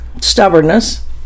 stubbornness